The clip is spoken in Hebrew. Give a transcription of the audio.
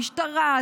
משטרה,